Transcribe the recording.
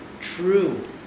True